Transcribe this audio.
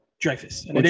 Dreyfus